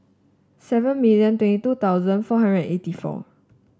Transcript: seven million twenty two thousand four hundred eighty four